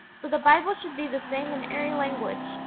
for the bible should be the same in every language,